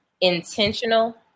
intentional